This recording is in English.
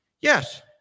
Yes